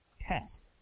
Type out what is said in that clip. Test